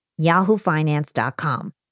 yahoofinance.com